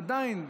עדיין,